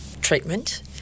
treatment